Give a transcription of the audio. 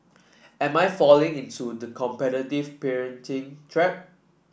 am I falling into the competitive parenting trap